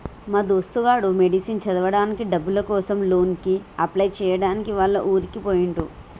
మా దోస్తు గాడు మెడిసిన్ చదవడానికి డబ్బుల కోసం లోన్ కి అప్లై చేయడానికి వాళ్ల ఊరికి పోయిండు